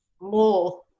More